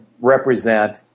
represent